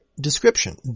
description